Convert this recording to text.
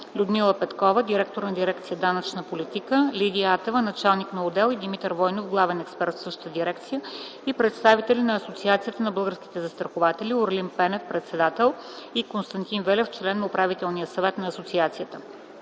Людмила Петкова – директор на дирекция ”Данъчна политика”, Лидия Атева – началник на отдел и Димитър Войнов – главен експерт в същата дирекция и представители на Асоциацията на българските застрахователи: Орлин Пенев – председател и Константин Велев – член на Управителния съвет на асоциацията.